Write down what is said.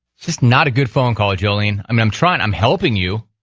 just not a good phone call, jolene. i mean i'm trying, i'm helping you.